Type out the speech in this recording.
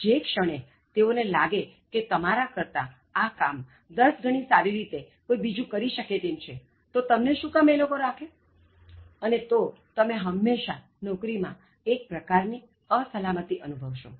જે ક્ષણે તેઓને લાગે છે કે તમારા કરતા આ કામ દસ ગણી સારી રીતે કોઇ બીજું કરી શકે છે તો તમને શું કામ એ લોકો તમને રાખે અને તો તમે હંમેશા નોકરી માં એક પ્રકારની અસલામતિ અનુભવશો